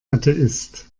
atheist